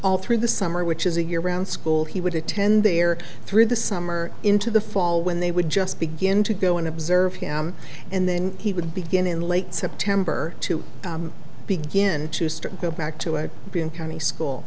all through the summer which is a year round school he would attend there through the summer into the fall when they would just begin to go and observe and then he would begin in late september to begin to go back to i would be in county school